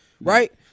Right